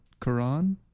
Quran